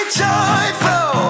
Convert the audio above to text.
joyful